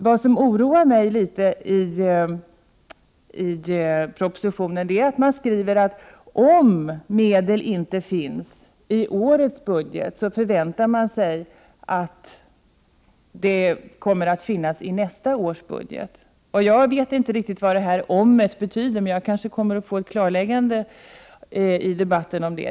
Vad som oroar mig litet i propositionen är att man skriver att om medel inte finns i årets budget så förväntar man sig att det kommer att finnas i nästa års budget. Jag vet inte riktigt vad detta ”om” betyder, men jag kanske kommer att få ett klarläggande under debatten.